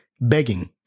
begging